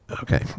Okay